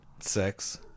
sex